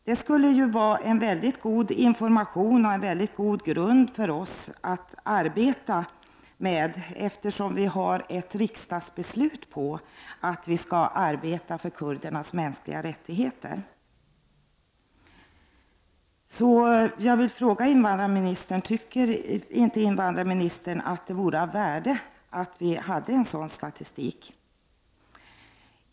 Det skulle vara en mycket god information och en god grund för oss i arbetet för kurdernas mänskliga rättigheter, som det finns ett riksdagsbeslut på att vi skall arbeta med.